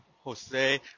Jose